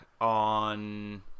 on